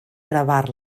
gravar